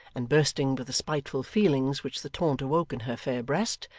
and bursting with the spiteful feelings which the taunt awoke in her fair breast,